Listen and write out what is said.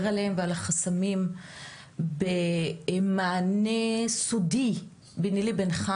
עליהם ועל החסמים במענה סודי ביני לבינך?